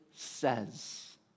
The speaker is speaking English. says